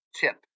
tip